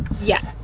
yes